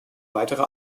weitere